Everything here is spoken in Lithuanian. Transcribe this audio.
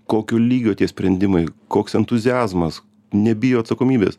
kokio lygio tie sprendimai koks entuziazmas nebijo atsakomybės